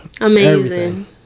Amazing